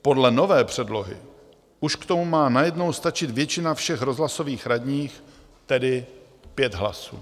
Podle nové předlohy už k tomu má najednou stačit většina všech rozhlasových radních, tedy 5 hlasů.